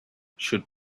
should